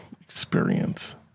experience